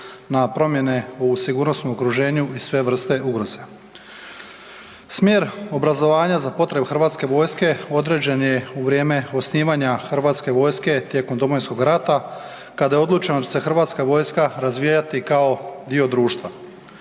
na promjene u sigurnosnom okruženju i sve vrste ugroze. Smjer obrazovanja za potrebe Hrvatske vojske određen je u vrijeme osnivanja HV-a tijekom Domovinskog rata kada je odlučeno da će se HV razvijati kao dio društva.